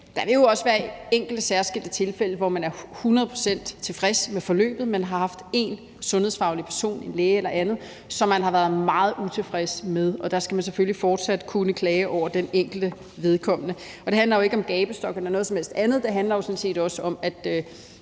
der vil jo også være enkelte særskilte tilfælde, hvor man er hundrede procent utilfreds med forløbet, hvor man har haft én sundhedsfaglig person, en læge eller andet, som man har været meget utilfreds med, og der skal man selvfølgelig fortsat kunne klage over den enkelte vedkommende. Det handler ikke om gabestok eller noget som helst andet, det handler sådan set om, at